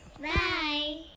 Bye